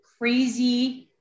crazy